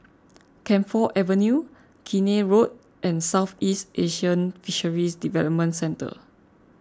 Camphor Avenue Keene Road and Southeast Asian Fisheries Development Centre